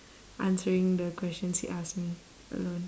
answering the questions he asked me alone